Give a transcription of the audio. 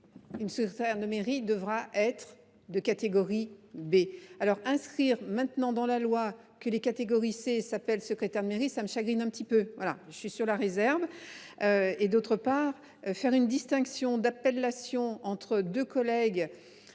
Une secrétaire de mairie devra être de catégorie B alors inscrire maintenant dans la loi que les catégories C s'appelle secrétaire de mairie, ça me chagrine un petit peu voilà je suis sur la réserve. Et d'autre part faire une distinction d'appellation entre deux collègues.